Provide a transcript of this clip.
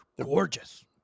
gorgeous